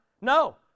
No